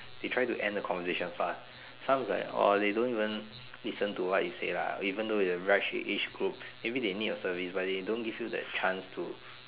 they try to end the conversation fast some is like or they don't even listen to what you say lah even though is the right age group maybe they need your service but they don't give you the chance to